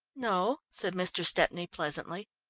no, said mr. stepney pleasantly.